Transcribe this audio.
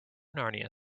narnia